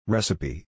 Recipe